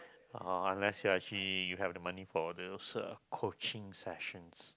uh unless you're actually you have the money for those coaching sessions